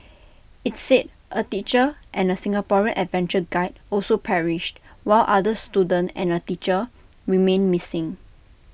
IT said A teacher and A Singaporean adventure guide also perished while another student and A teacher remain missing